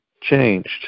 changed